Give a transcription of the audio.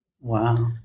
Wow